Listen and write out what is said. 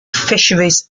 fisheries